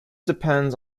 depends